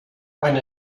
eine